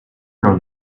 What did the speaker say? nor